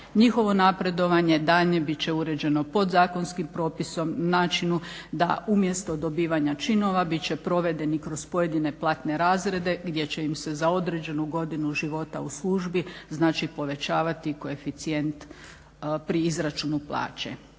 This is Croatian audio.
Njihovo napredovanje daljnje bit će uređeno podzakonskim propisom načinu da umjesto dobivanja činova bit će provedeni kroz pojedine platne razrede gdje će im se za određenu godinu života u službi znači povećavati koeficijent pri izračunu plaće.